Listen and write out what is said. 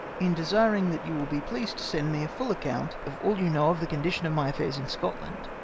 in desiring that you will be pleased to send me a full account of all you know of the condition of my affairs in scotland.